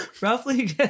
Roughly